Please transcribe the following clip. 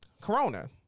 corona